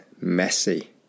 messy